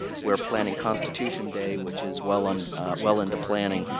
we're planning constitution day, which is well and well into planning.